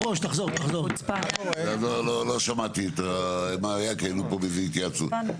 לא שמעתי כי הייתי כאן באיזו התייעצות.